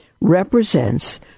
represents